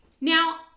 Now